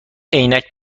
عینک